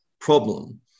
problem